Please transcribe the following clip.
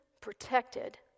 protected